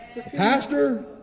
Pastor